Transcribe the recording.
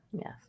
Yes